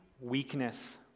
weakness